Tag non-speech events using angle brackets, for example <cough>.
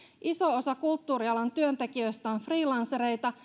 iso osa kulttuurialan työntekijöistä on freelancereita <unintelligible>